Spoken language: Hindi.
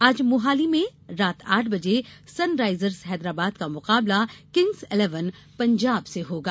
आज मोहाली में रात आठ बजे सनराइजर्स हैदराबाद का मुकाबला किंग्स इलेवन पंजाब से होगा